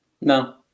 No